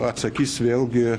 atsakys vėlgi